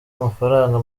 amafaranga